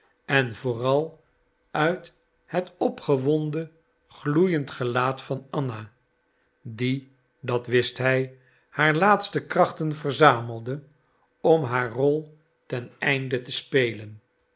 en vooral uit het opgewonden gloeiend gelaat van anna die dat wist hij haar laatste krachten verzamelde om haar rol ten einde te spelen